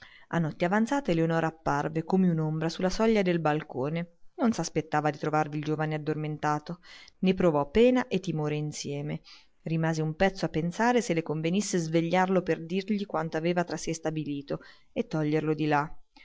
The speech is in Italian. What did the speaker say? a notte avanzata eleonora apparve come un'ombra su la soglia del balcone non s'aspettava di trovarvi il giovine addormentato ne provò pena e timore insieme rimase un pezzo a pensare se le convenisse svegliarlo per dirgli quanto aveva tra sé stabilito e toglierlo di lì